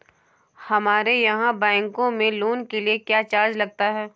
हमारे यहाँ बैंकों में लोन के लिए क्या चार्ज लगता है?